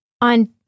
On